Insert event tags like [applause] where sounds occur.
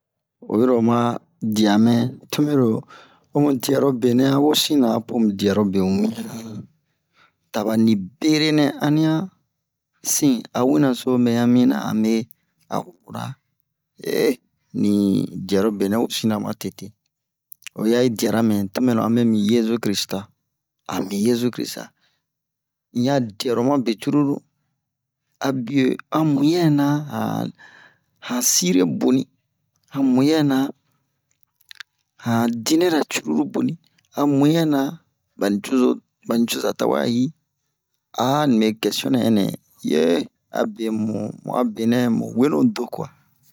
Oyi ro oma diya to mɛro ho mu diyaro benɛ a wesin mɛ na apo mu diyaro be wiyan ta bani bere nɛ ani'a sin a wi naso mɛn ya mina a me a woro ra [hesitation] ni diyarobe nɛ wesin na ma tete o ya i diyara me to mɛro a me mi yezu-kirista a mi yezu-kirista in ya diyaro ma be cururu abe a muyɛna a han sire boni a muyɛna han dinɛna sire boni a muyɛna ba nicozo ba nicoza tawɛ a yi [hesitation] nibe kɛsiyonɛ ɛnɛ iye abe mu'a benɛ mu wenu do kwa